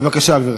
בבקשה, גברתי.